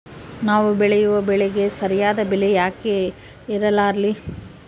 ನಾವು ಬೆಳೆಯುವ ಬೆಳೆಗೆ ಸರಿಯಾದ ಬೆಲೆ ಯಾಕೆ ಇರಲ್ಲಾರಿ?